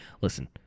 Listen